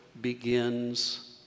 begins